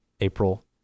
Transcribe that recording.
April